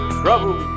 trouble